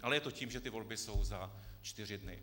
Ale je to tím, že volby jsou za čtyři dny.